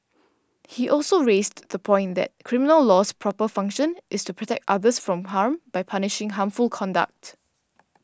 he also raised the point that criminal law's proper function is to protect others from harm by punishing harmful conduct